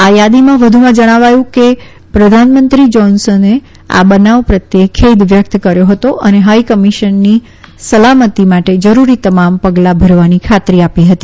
આ યાદીમાં વધુમાં જણાવાયું છે કે પ્રધાનમંત્રી જાન્સનને આ બનાવ પ્રત્યે ખેદ વ્યકત કર્યો હતો અને હાઈકમિશનની સલામતી માટે જરૂરી તમામ પગલા ભરવાની ખાતરી આપી હતી